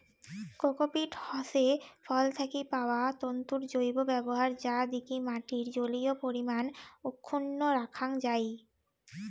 cocopeat হসে ফল থাকি পাওয়া তন্তুর জৈব ব্যবহার যা দিকি মাটির জলীয় পরিমান অক্ষুন্ন রাখাং যাই